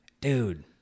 dude